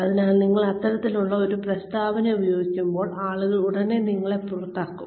അതിനാൽ നിങ്ങൾ ഇത്തരത്തിലുള്ള ഒരു പ്രസ്താവന ഉപയോഗിക്കുമ്പോൾ ആളുകൾ ഉടനടി നിങ്ങളെ പുറത്താക്കും